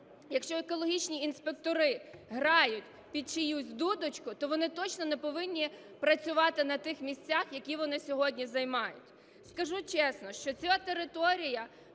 якщо екологічні інспектори грають під чиюсь дудочку, то вони точно не повинні працювати на тих місцях, які вони сьогодні займають. Скажу чесно, що ця територія